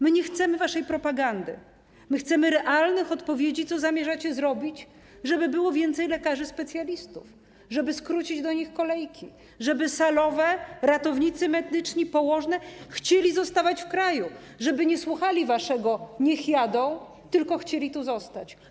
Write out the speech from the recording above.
My nie chcemy waszej propagandy, my chcemy realnych odpowiedzi na pytanie, co zamierzacie zrobić, żeby było więcej lekarzy specjalistów, żeby skróciły się do nich kolejki, żeby salowe, ratownicy medyczni, położne chcieli zostawać w kraju, żeby nie słuchali waszego: niech jadą, tylko chcieli tu zostać.